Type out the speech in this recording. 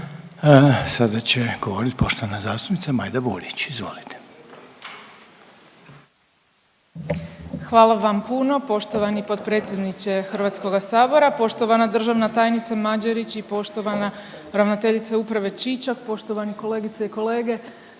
Sada će govorit poštovana zastupnica Majda Burić. Izvolite. **Burić, Majda (HDZ)** Hvala vam puno poštovani potpredsjedniče Hrvatskoga sabora. Poštovana državna tajnice Mađerić i poštovana ravnateljice uprave Čičak, poštovani kolegice i kolege